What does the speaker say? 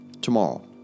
Tomorrow